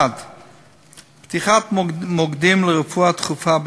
1. פתיחת מוקדים לרפואה דחופה בקהילה,